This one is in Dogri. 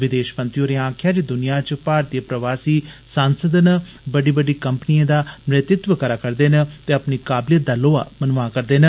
विदेष मंत्री होरें आक्खेआ जे दुनिया च भारतीय प्रवासी सांसद न बड्डी बड्डी कम्पनिएं दा नेतृत्व करे करदे न ते अपनी काबलियत दा लोहा मनवा करदे न